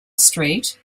street